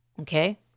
Okay